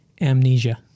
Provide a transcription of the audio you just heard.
Amnesia